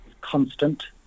constant